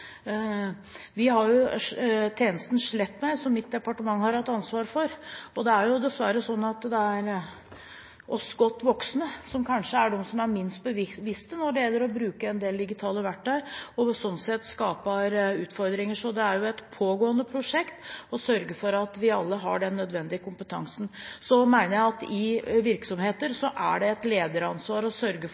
Vi har jo tjenesten slettmeg.no, som mitt departement har hatt ansvaret for. Det er dessverre sånn at det er vi godt voksne som kanskje er minst bevisst når det gjelder å bruke en del digitale verktøy, og som sånn sett skaper utfordringer. Så det er et pågående prosjekt å sørge for at vi alle har den nødvendige kompetansen. Jeg mener at i virksomheter er det et lederansvar å sørge for